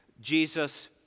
Jesus